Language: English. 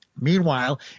Meanwhile